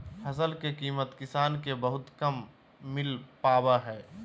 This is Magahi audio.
फसल के कीमत किसान के बहुत कम मिल पावा हइ